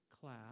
class